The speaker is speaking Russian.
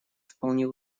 вполне